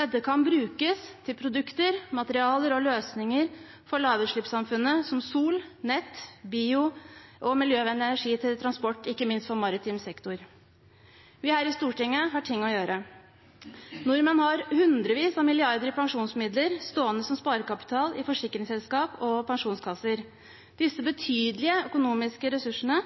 Dette kan brukes til produkter, materialer og løsninger for lavutslippssamfunnet, som sol, nett, bio og miljøvennlig energi til transport, ikke minst for maritim sektor. Vi her i Stortinget har ting å gjøre: Nordmenn har hundrevis av milliarder i pensjonsmidler stående som sparekapital i forsikringsselskaper og pensjonskasser. Disse betydelige økonomiske ressursene